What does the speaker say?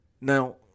Now